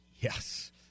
Yes